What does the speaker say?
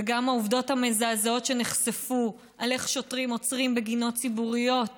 וגם העובדות המזעזעות שנחשפו איך שוטרים עוצרים בגינות ציבוריות